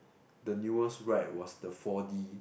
the newest ride was the four-D